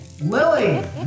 Lily